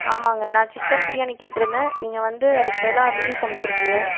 ஆமாங்க நான் சிக்கன் பிரியாணி கேட்டிருந்தேன் நீங்கள் வந்து அதுக்கு பதிலாக மீல்ஸ் அனுப்பிச்சிறிக்கிங்க